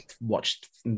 watched